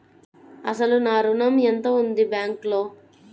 అసలు నా ఋణం ఎంతవుంది బ్యాంక్లో?